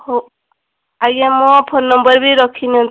ହଉ ଆଜ୍ଞା ମୋ ଫୋନ ନମ୍ବର ବି ରଖିନିଅନ୍ତୁ